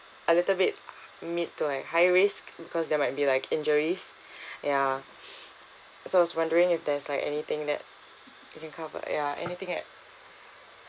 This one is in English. a little bit mid to like high risk because there might be like injuries ya so I was wondering if there's like anything that that can cover ya anything that